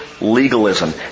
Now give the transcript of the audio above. legalism